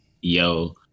yo